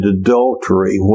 adultery